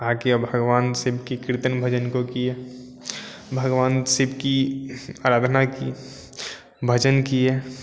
आके भगवान शिव के कीर्तन भजन को किए भगवान शिव की आराधना की भजन किए